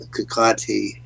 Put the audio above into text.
Kakati